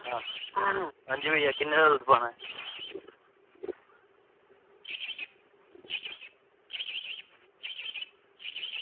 आं जी भैया किन्ने दा दुद्ध पाना ऐ